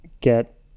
get